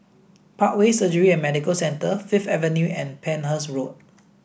Parkway Surgery and Medical Centre Fifth Avenue and Penhas Road